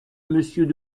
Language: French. monsieur